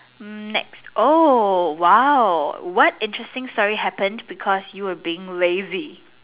hmm next oh !wow! what interesting story happened because you were being lazy